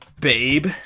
Babe